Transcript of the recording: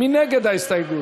מי נגד ההסתייגות?